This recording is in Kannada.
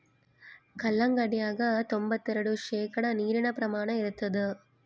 ಕಲ್ಲಂಗಡ್ಯಾಗ ತೊಂಬತ್ತೆರೆಡು ಶೇಕಡಾ ನೀರಿನ ಪ್ರಮಾಣ ಇರತಾದ